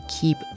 keep